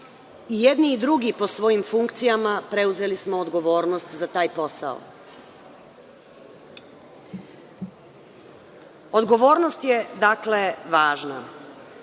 I jedni i drugi po svojim funkcijama preuzeli smo odgovornost za taj posao. Odgovornost je, dakle, važna.